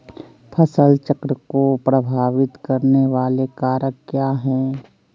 फसल चक्र को प्रभावित करने वाले कारक क्या है?